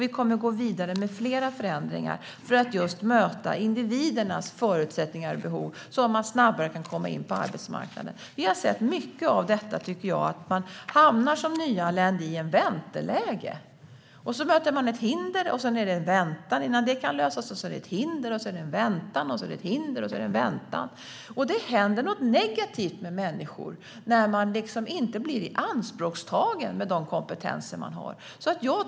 Vi kommer att gå vidare med flera förändringar för att möta individernas förutsättningar och behov så att de snabbare kan komma in på arbetsmarknaden. Vi har sett mycket av att nyanlända hamnar i vänteläge. De möter ett hinder, och sedan är det en väntan innan det kan lösas. Sedan är det ett hinder och en väntan, och ett hinder och en väntan. Det händer något negativt med människor när de inte blir ianspråktagna med de kompetenser de har.